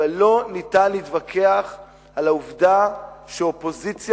אבל לא ניתן להתווכח על העובדה שאופוזיציה,